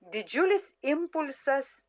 didžiulis impulsas